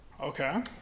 Okay